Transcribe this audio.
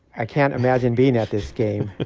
i can't imagine being at this game.